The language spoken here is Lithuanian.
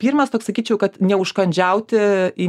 pirmas toks sakyčiau kad neužkandžiauti į